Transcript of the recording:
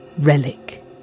Relic